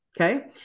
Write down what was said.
okay